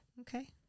Okay